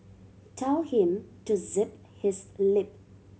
tell him to zip his lip